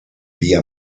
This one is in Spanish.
día